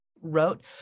wrote